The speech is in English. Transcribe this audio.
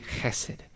chesed